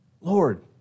Lord